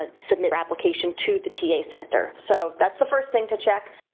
ah submit application to the ta center. so that's the first thing to check.